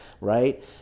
right